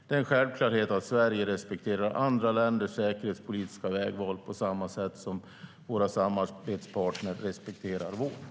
Det är en självklarhet att Sverige respekterar andra länders säkerhetspolitiska vägval, på samma sätt som våra samarbetspartner respekterar vårt.